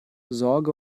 sorge